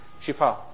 shifa